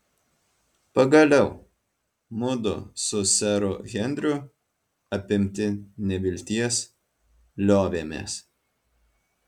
pagaliau mudu su seru henriu apimti nevilties liovėmės